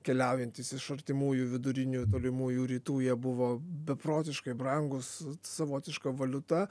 keliaujantys iš artimųjų vidurinių tolimųjų rytų jie buvo beprotiškai brangūs savotiška valiuta